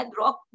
rock